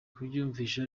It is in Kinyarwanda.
kubyiyumvisha